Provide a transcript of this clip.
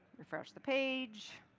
refresh the page,